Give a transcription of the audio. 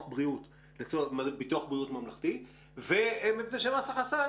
בריאות לצורך ביטוח בריאות ממלכתי ומפני שמס הכנסה,